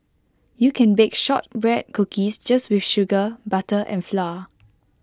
you can bake Shortbread Cookies just with sugar butter and flour